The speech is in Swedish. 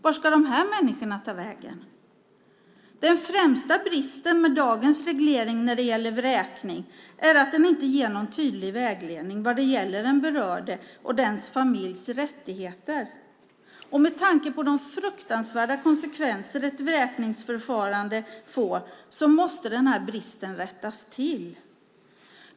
Vart ska de människorna ta vägen? Den största bristen med dagens reglering vad gäller vräkning är att den inte ger någon tydlig vägledning beträffande den berörde och dennes familjs rättigheter. Med tanke på de fruktansvärda konsekvenser som ett vräkningsförfarande får måste den bristen rättas till.